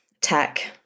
tech